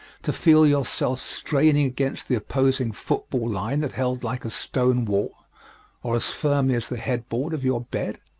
to feel your self straining against the opposing football line that held like a stone-wall or as firmly as the headboard of your bed?